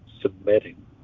submitting